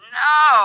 no